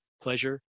pleasure